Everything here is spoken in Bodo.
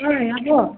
ओइ आब'